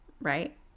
right